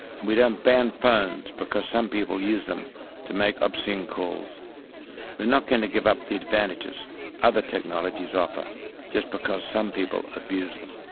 and we don't ban phones because some people use them to make obscene calls, we are not going to give up the advantages other technologies offer just because some people abuse them.